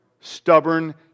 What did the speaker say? Stubborn